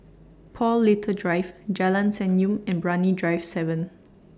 Paul Little Drive Jalan Senyum and Brani Drive seven